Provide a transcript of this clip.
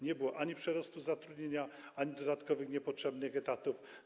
Nie było ani przerostu zatrudnienia, ani dodatkowych niepotrzebnych etatów.